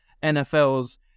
nfl's